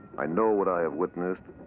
i know what i have witnessed.